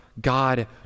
God